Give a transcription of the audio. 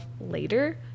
later